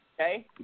Okay